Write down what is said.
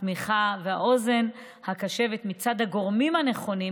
התמיכה והאוזן הקשבת מצד הגורמים הנכונים,